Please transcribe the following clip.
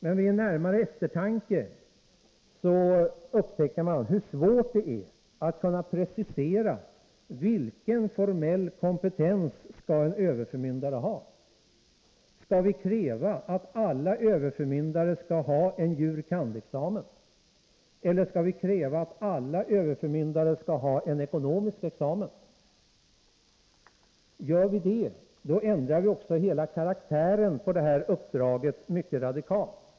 Men vid närmare eftertanke upptäcker man hur svårt det är att precisera vilken formell kompetens en överförmyndare skall ha. Skall vi kräva att alla överförmyndare skall ha en jur.kand.-examen eller att de skall ha en ekonomisk examen? Kräver vi det, då ändrar vi också radikalt karaktären på detta uppdrag.